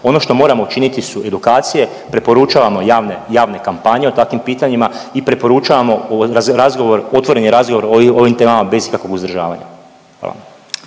Ono što moramo činiti su edukacije, preporučavamo javne, javne kampanje o takvim pitanjima i preporučamo razgovor, otvoreni razgovor o ovim temama bez ikakvog uzdržavanja.